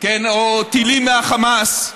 או טילים מהחמאס.